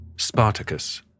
Spartacus